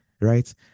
right